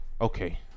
okay